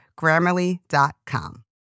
Grammarly.com